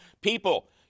People